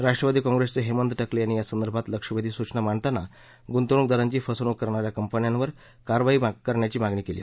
राष्ट्रवादी काँग्रेसचे हेमंत टकले यांनी यासंदर्भात लक्षवेधी सुचना मांडताना गुंतवणूकदारांची फसवणूक करणाऱ्या कंपन्यांवर कारवाई करण्याची मागणी केली